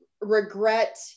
regret